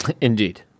Indeed